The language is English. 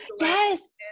Yes